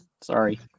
Sorry